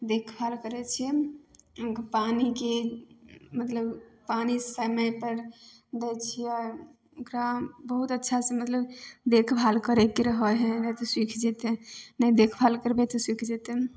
देखभाल करै छिए ओकरा पानीके मतलब पानी समयपर दै छिए ओकरा बहुत अच्छासे मतलब देखभाल करैके रहै हइ नहि तऽ सुखि जेतै नहि देखभाल करबै तऽ सुखि जेतै